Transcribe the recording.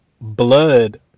blood